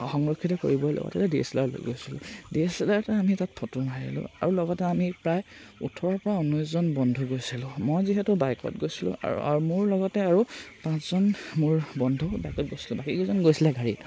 সংৰক্ষিত কৰিবৰ লগতে ডি এছ এল আৰ লৈ গৈছিলোঁ ডি এছ এল আৰতে আমি তাত ফটো মাৰিলোঁ আৰু লগতে আমি প্ৰায় ওঠৰৰ পৰা ঊনৈছজন বন্ধু গৈছিলোঁ মই যিহেতু বাইকত গৈছিলোঁ আৰু আৰু মোৰ লগতে আৰু পাঁচজন মোৰ বন্ধু বাইকত গৈছিলোঁ বাকীকেইজন গৈছিলে গাড়ীত